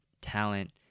talent